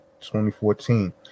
2014